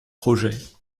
projets